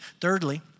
Thirdly